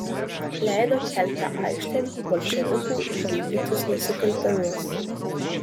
leido kelti aikštėn bolševikų įvykdytus nusikaltimus